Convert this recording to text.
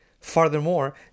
Furthermore